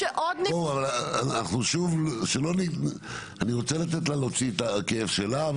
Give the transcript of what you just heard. אני רוצה לתת לה להוציא את הכאב שלה.